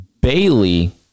Bailey